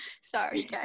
Sorry